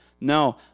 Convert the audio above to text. no